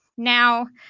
now,